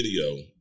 video